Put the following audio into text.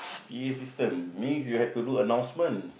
P_A system means you have to do announcement